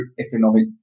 economic